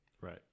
Right